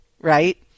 Right